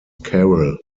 carol